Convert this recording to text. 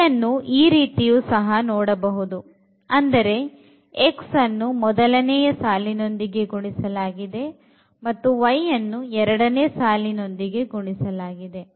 ಇದನ್ನು ಈ ರೀತಿಯು ಸಹ ನೋಡಬಹುದು ಅಂದರೆ x ಅನ್ನು ಮೊದಲನೆಯ ಸಾಲಿನೊಂದಿಗೆ ಗುಣಿಸಲಾಗಿದೆ ಮತ್ತು y ಅನ್ನು ಎರಡನೆಯ ಸಾಲಿನೊಂದಿಗೆ ಗುಣಿಸಲಾಗಿದೆ